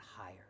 higher